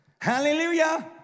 Hallelujah